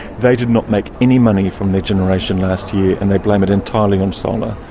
they did not make any money from their generation last year, and they blame it entirely on solar,